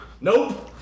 Nope